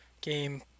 Game